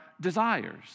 desires